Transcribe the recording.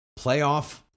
Playoff